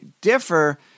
differ